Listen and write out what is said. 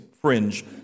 fringe